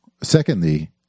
Secondly